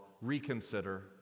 reconsider